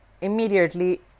immediately